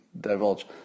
divulge